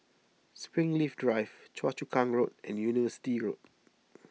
Springleaf Drive Choa Chu Kang Road and University Road